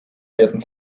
werden